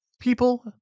people